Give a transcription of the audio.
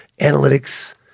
analytics